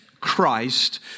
Christ